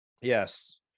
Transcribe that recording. Yes